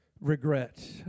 regret